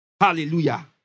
Hallelujah